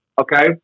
Okay